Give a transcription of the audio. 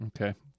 Okay